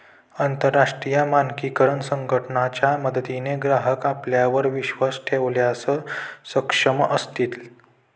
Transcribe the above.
अंतरराष्ट्रीय मानकीकरण संघटना च्या मदतीने ग्राहक आपल्यावर विश्वास ठेवण्यास सक्षम असतील